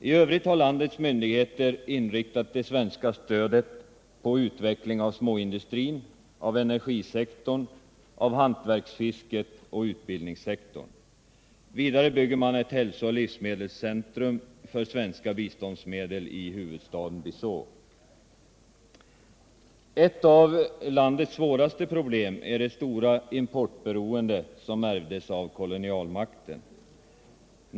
I övrigt har landets myndigheter inriktat det svenska stödet på utveckling av småindustrin, energin, hantverksfisket och utbildningssektorn. Vidare byggs ett hälsooch livsmedelscentrum för svenska biståndsmedel i huvudstaden Bissau. Ett av Guinea Bissaus svåraste problem är det stora importberoende som ärvdes av kolonialmakten.